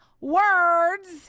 words